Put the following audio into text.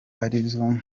arizo